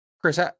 Chris